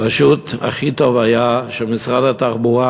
פשוט הכי טוב היה שמשרד התחבורה,